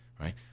right